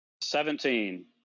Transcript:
Seventeen